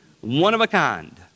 One-of-a-kind